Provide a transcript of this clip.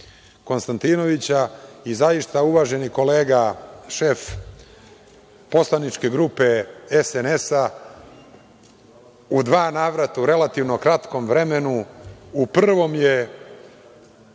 Konstantinovića i zaista, uvaženi kolega, šef Poslaničke grupe SNS, u dva navrata, u relativno kratkom vremenu, u prvom je